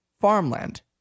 farmland